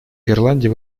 ирландия